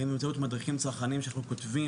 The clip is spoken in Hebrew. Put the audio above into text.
ובאמצעות מדריכים צרכנים שאנחנו כותבים